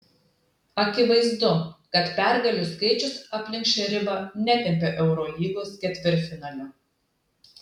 akivaizdu kad pergalių skaičius aplink šią ribą netempia eurolygos ketvirtfinalio